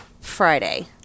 Friday